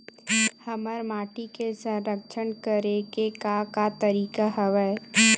हमर माटी के संरक्षण करेके का का तरीका हवय?